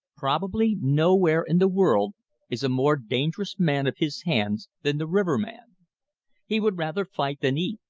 probably nowhere in the world is a more dangerous man of his hands than the riverman. he would rather fight than eat,